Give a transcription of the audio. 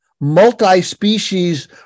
multi-species